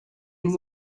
and